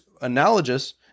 analogous